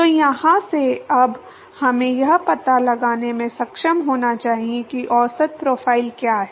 तो यहाँ से अब हमें यह पता लगाने में सक्षम होना चाहिए कि औसत प्रोफ़ाइल क्या है